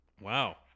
Wow